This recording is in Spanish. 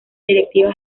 directiva